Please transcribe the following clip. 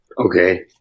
Okay